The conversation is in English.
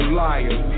liar